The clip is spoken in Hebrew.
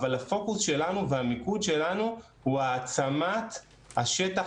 אבל הפוקוס שלנו והמיקוד שלנו הוא העצמת השטח,